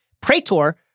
praetor